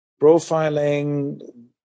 profiling